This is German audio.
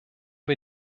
wir